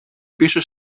πίσω